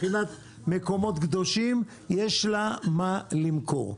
מבחינת מקומות קדושים יש לה מה למכור.